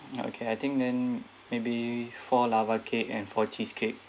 okay I think then maybe four lava cake and four cheesecake